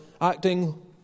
acting